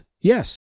Yes